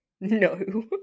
No